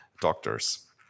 doctors